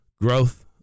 growth